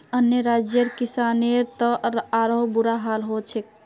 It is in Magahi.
अन्य राज्यर किसानेर त आरोह बुरा हाल छेक